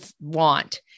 want